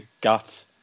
gut